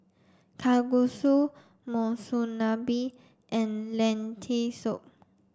Kalguksu Monsunabe and Lentil soup